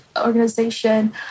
organization